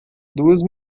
duas